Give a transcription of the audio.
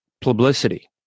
publicity